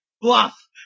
Bluff